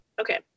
okay